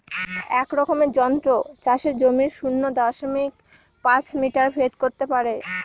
এক রকমের যন্ত্র চাষের জমির শূন্য দশমিক পাঁচ মিটার ভেদ করত পারে